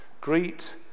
greet